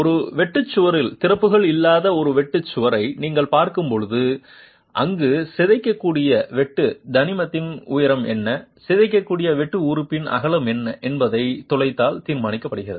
ஒரு வெட்டு சுவரில் திறப்புகள் இல்லாத ஒரு வெட்டு சுவரை நீங்கள் பார்க்கும்போது அங்கு சிதைக்கக்கூடிய வெட்டு தனிமத்தின் உயரம் என்ன சிதைக்கக்கூடிய வெட்டு உறுப்பின் அகலம் என்ன என்பதை துளைத்தல் தீர்மானிக்கப்படுகிறது